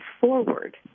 forward